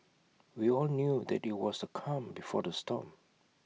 we all knew that IT was the calm before the storm